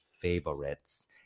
favorites